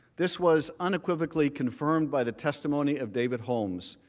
this was unequivocally confirmed by the testimony of david holmes.